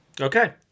Okay